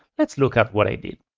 let's look at what i did.